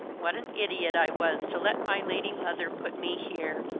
what an idiot i was to let my lady mother put me here!